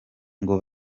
ngo